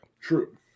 True